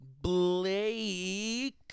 blake